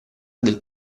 del